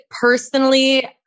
personally